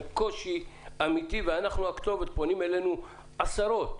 פונים אלינו עשרות.